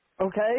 okay